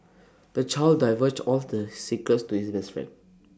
the child divulged all the secrets to his best friend